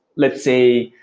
let's say,